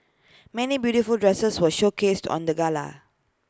many beautiful dresses were showcased on the gala